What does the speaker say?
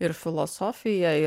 ir filosofija ir